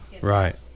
right